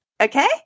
Okay